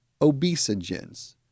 obesogens